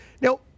Now